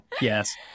Yes